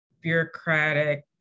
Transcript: bureaucratic